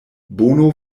bono